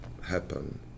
happen